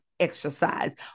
Exercise